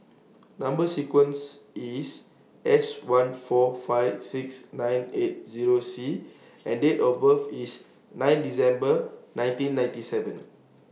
Number sequence IS S one four five six nine eight Zero C and Date of birth IS nine December nineteen ninety seven